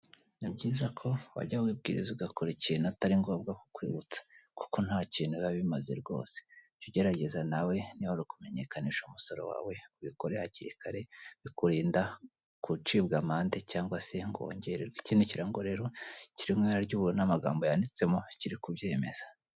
Ni byiza ko wajya wibwiriza ugakora ikintu atari ngombwa kukwibutsa kuko nta kintu ba bimaze rwose jya ugerageza nawe niba Ari ukumenyekanisha umusooro wawe ubikore hakiri kare bikurinda gucibwa amande cyangwa se ngo wogererwe, ikindi kirango rero kiri mu ibara ry'ubururu, n'amagambo yanditsemo kiri kubyemeza.